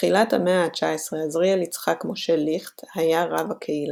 בתחילת המאה ה-19 עזריאל יצחק משה ליכט היה רב הקהילה.